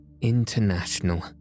international